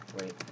Wait